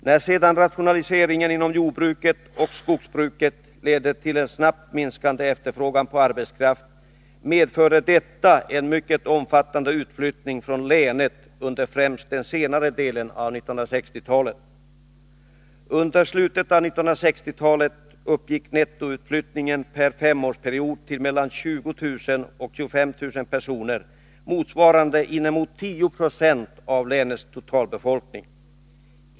När sedan rationaliseringen inom jordbruket och skogsbruket ledde till en snabbt minskande efterfrågan på arbetskraft, blev följden en mycket omfattande utflyttning från länet, främst under senare delen av 1960-talet. I slutet av 1960-talet uppgick nettoutflyttningen under en femårsperiod till mellan 20 000 och 25 000 personer, vilket motsvarade ungefär 10 96 av länets totalbefolkning.